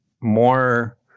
more